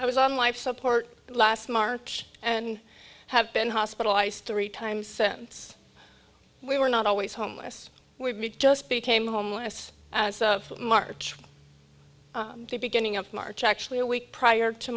i was on life support last march and have been hospitalized three times since we were not always homeless we've just became homeless as of march the beginning of march actually a week prior to